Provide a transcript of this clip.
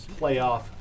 playoff